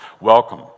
Welcome